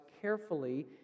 carefully